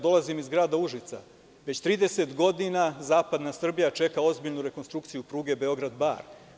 Dolazim iz grada Užica, već 30 godina zapadna Srbija čeka ozbiljnu rekonstrukciju pruge Beograd – Bar.